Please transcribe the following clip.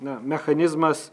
na mechanizmas